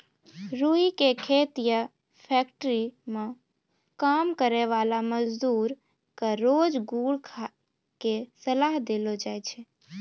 रूई के खेत या फैक्ट्री मं काम करै वाला मजदूर क रोज गुड़ खाय के सलाह देलो जाय छै